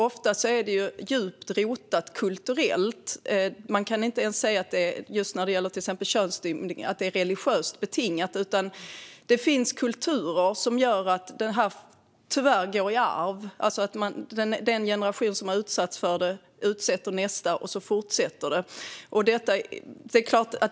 Ofta är det djupt kulturellt rotat; just när det gäller till exempel könsstympning kan man inte ens säga att det är religiöst betingat, utan det finns kulturer som gör att detta tyvärr går i arv. Det innebär att den generation som har utsatts för det utsätter nästa, och så fortsätter det.